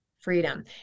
freedom